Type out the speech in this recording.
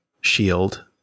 shield